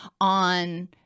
on